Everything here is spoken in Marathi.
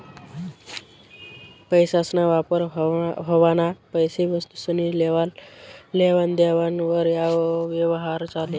पैसासना वापर व्हवाना पैले वस्तुसनी लेवान देवान वर यवहार चाले